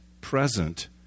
present